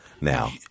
now